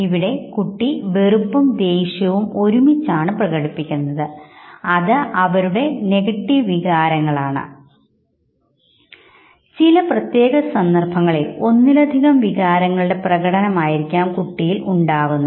ഇവിടെ കുട്ടി വെറുപ്പും ദേഷ്യവും ഒരുമിച്ചാണ് പ്രകടിപ്പിക്കുന്നത് അത് അവ നെഗറ്റീവ് വികാരങ്ങളാണ് എന്നു കുട്ടിക്ക് അറിയാം ചില പ്രത്യേക സന്ദർഭങ്ങളിൽ ഒന്നിലധികം വികാരങ്ങളുടെ പ്രകടനം ആയിരിക്കാം കുട്ടിയിൽ ഉണ്ടാകുന്നത്